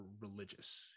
religious